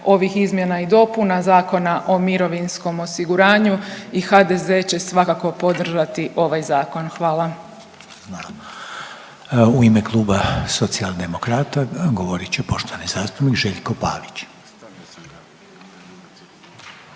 ovih izmjena i dopuna Zakona o mirovinskom osiguranju i HDZ će svakako podržati ovaj Zakon. Hvala. **Reiner, Željko (HDZ)** U ime Kluba socijaldemokrata govorit će poštovani zastupnik Željko Pavić.